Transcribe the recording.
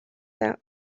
out